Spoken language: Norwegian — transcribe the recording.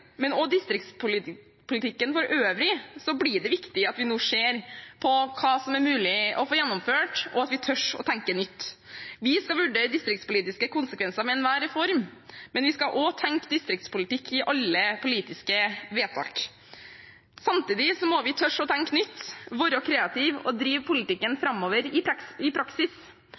og i distriktspolitikken for øvrig blir det viktig at vi nå ser på hva som er mulig å få gjennomført, og at vi tør å tenke nytt. Vi skal vurdere de distriktspolitiske konsekvensene av enhver reform, men vi skal også tenke distriktspolitikk i alle politiske vedtak. Samtidig må vi tørre å tenke nytt, være kreative og drive politikken framover i praksis. Kanskje kan man f.eks. ta noen grep i